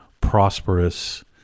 prosperous